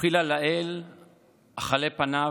"אוחילה לאל אחלה פניו,